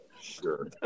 Sure